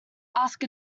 ask